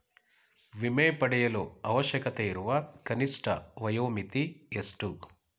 ವಿಮೆ ಪಡೆಯಲು ಅವಶ್ಯಕತೆಯಿರುವ ಕನಿಷ್ಠ ವಯೋಮಿತಿ ಎಷ್ಟು?